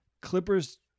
Clippers